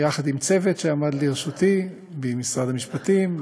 יחד עם צוות שעמד לרשותי ממשרד המשפטים,